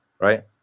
right